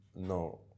no